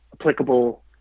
applicable